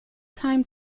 time